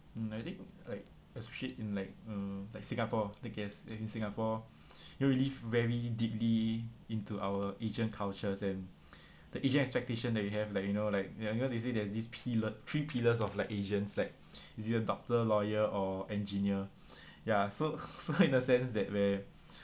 mm I think like especially in like uh like singapore take it as in singapore you know we live very deeply into our asian cultures and the asian expectation that you have like you know like you know they say there's this pillar three pillars of like asians like it's either doctor lawyer or engineer ya so so in a sense that where